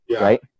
Right